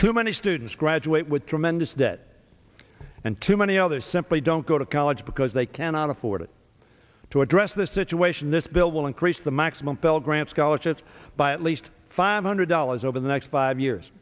too many students graduate with tremendous debt and too many others simply don't go to college because they cannot afford it to address this situation this bill will increase the maximum pell grant scholarships by at least five hundred dollars over the next five years